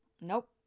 nope